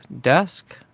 desk